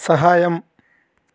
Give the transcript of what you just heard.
సహాయం